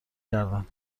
کردن